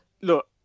Look